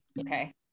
Okay